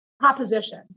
proposition